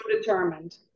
determined